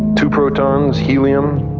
two protons helium.